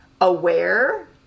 aware